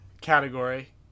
category